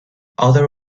other